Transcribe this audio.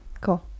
cool